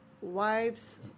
wives